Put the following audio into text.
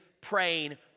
praying